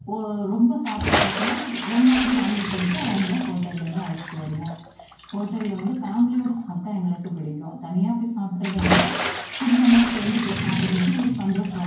ஓ ரொம்ப சாப்பிட்ற இடத்துல ஒன்றாவது வாங்கிக்கொடுத்து அவங்களை ஹோட்டல்லேருந்து அழைச்சிட்டு வருவோம் ஹோட்டலில் வந்து ஃபேம்லியோடய சாப்பிட்டா எங்களுக்கு பிடிக்கும் தனியாக போய் சாப்பிட்றத விட குடும்பமாக சேர்ந்து போய் சாப்பிடும்போது ஒரு சந்தோசம்